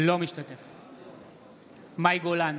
אינו משתתף בהצבעה מאי גולן,